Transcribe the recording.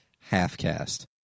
Half-Cast